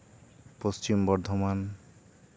Paschim Bardhaman